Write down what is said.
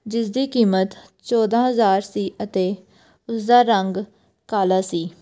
ਜਿਸ ਦੀ ਕੀਮਤ ਚੌਦਾਂ ਹਜ਼ਾਰ ਸੀ ਅਤੇ ਉਸਦਾ ਰੰਗ ਕਾਲਾ ਸੀ